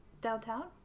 downtown